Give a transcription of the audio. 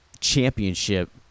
championship